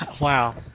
Wow